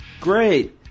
Great